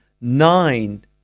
nine